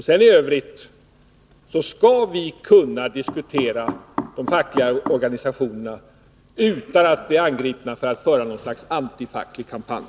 I övrigt skall vi kunna diskutera de fackliga organisationerna utan att bli angripna för att bedriva något slags antifacklig kampanj.